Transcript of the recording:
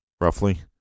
roughly